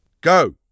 go